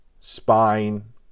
spine